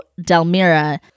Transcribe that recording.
Delmira